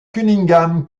cunningham